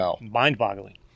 mind-boggling